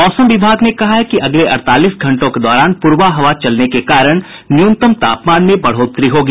मौसम विभाग ने कहा है कि अगले अड़तालीस घंटों के दौरान प्ररबा हवा चलने के कारण न्यूनतम तापमान में बढ़ोतरी होगी